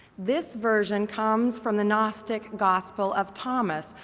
this version comes from the gnos tic gospel of thomas,